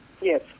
Yes